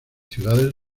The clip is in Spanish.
ciudades